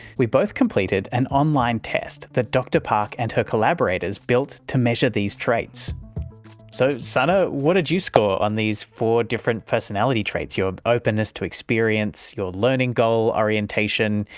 we both completed an online test that dr park and her collaborators built to measure these traitsso so sana, what did you score on these four different personality traits your openness to experience, your learning goal orientation,